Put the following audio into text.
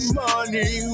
money